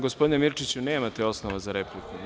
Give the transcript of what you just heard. Gospodine Mirčiću, nemate osnova za repliku.